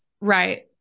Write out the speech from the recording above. right